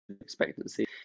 expectancy